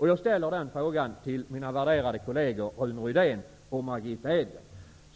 Jag ställer frågan till mina värderade kolleger Rune Rydén och Margitta Edgren.